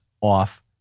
off